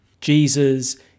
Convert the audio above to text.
Jesus